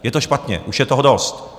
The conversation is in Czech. Je to špatně, už je toho dost.